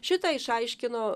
šitą išaiškino